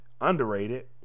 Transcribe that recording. Underrated